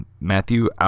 Matthew